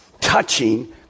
touching